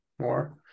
more